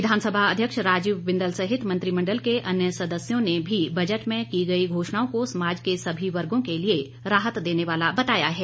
विधानसभा अध्यक्ष राजीव बिंदल सहित मंत्रिमंडल के अन्य सदस्यों ने भी बजट में की गई घोषणाओं को समाज के सभी वर्गों के लिए राहत देने वाला बताया है